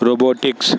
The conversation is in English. robotics